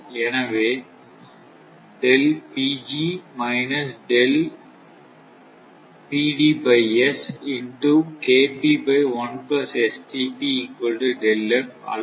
எனவே அல்லது